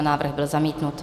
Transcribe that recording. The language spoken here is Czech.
Návrh byl zamítnut.